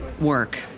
work